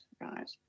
right